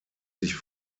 sich